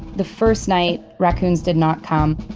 the first night raccoons did not come.